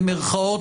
במירכאות,